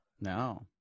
No